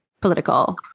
political